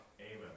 Amen